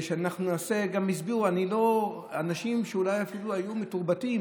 גם הסבירו, אנשים שהיו אולי אפילו מתורבתים: